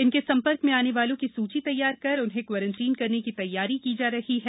इनके संपर्क में आने वालों की सुची तैयार कर उन्हें क्वॉरेंटाइन करने की तैयारी की जा रही हैं